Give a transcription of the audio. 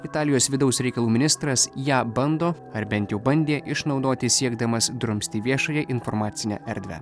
italijos vidaus reikalų ministras ją bando ar bent jau bandė išnaudoti siekdamas drumsti viešąją informacinę erdvę